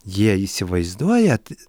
jie įsivaizduojat